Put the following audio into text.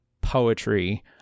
poetry